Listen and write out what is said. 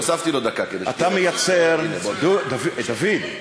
תנו לו לדבר, יש לו, אל תהיו בלחץ.